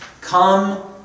come